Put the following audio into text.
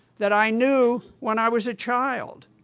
that i knew when i was a child!